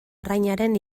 arrainaren